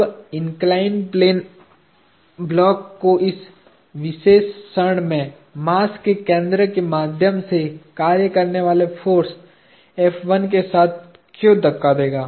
अब inclined plane block को इस विशेष क्षण में मास के केंद्र के माध्यम से कार्य करने वाले फोर्सके साथ क्यों धक्का देगा